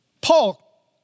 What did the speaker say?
Paul